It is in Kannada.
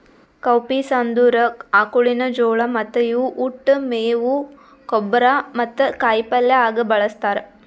ಕೌಪೀಸ್ ಅಂದುರ್ ಆಕುಳಿನ ಜೋಳ ಮತ್ತ ಇವು ಉಟ್, ಮೇವು, ಗೊಬ್ಬರ ಮತ್ತ ಕಾಯಿ ಪಲ್ಯ ಆಗ ಬಳ್ಸತಾರ್